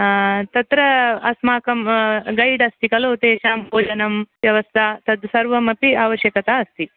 तत्र अस्माकं गैड् अस्ति खलु तेषां भोजनं व्यवस्था तद् सर्वमपि अवश्यकता अस्ति